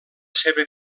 seva